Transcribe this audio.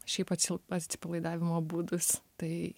šiaip atsila atsipalaidavimo būdus tai